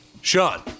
Sean